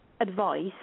advice